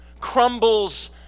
crumbles